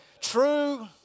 True